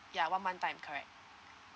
ya one month time correct